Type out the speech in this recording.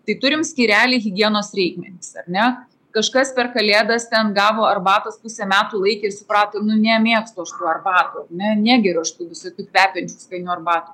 tai turim skyrelį higienos reikmenys ar ne kažkas per kalėdas ten gavo arbatos pusę metų laikė ir suprato nu nemėgstu arbatos negeriu aš tų visokių kvepiančių skanių arbatų